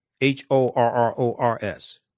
H-O-R-R-O-R-S